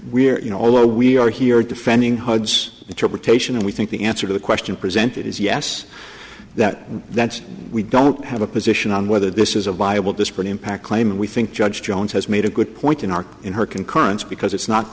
we're you know although we are here defending hud's interpretation and we think the answer to the question presented is yes that that's we don't have a position on whether this is a viable disparate impact claim and we think judge jones has made a good point in our in her concurrence because it's not